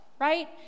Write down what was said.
right